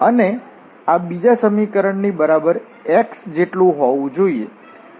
અને આ બીજા સમીકરણથી બરાબર x જેટલું હોવું જોઈએ